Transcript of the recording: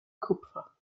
kupfer